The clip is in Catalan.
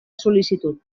sol·licitud